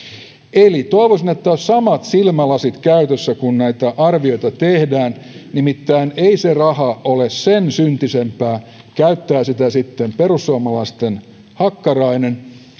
eli toivoisin että olisi samat silmälasit käytössä kun näitä arvioita tehdään nimittäin ei se raha ole sen syntisempää käyttää sitä sitten perussuomalaisten hakkarainen